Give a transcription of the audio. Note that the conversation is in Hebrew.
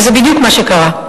וזה בדיוק מה שקרה.